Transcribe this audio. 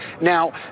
Now